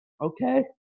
okay